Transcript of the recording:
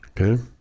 Okay